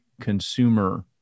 consumer